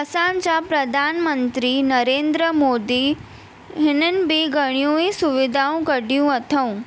असांजा प्रधानमंत्री नरेंद्र मोदी हिननि बि घणियूं ई सुविधाऊं कढियूं अथऊं